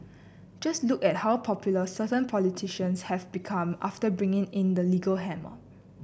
just look at how popular certain politicians have become after bringing in the legal hammer